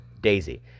Daisy